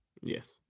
Yes